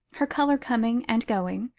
her colour coming and going,